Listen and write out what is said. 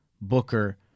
Booker